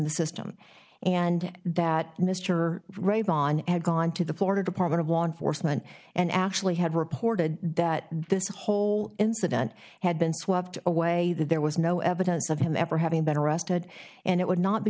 the system and that mr ray vaughn had gone to the florida department of water foresman and actually had reported that this whole incident had been swept away that there was no evidence of him ever having been arrested and it would not be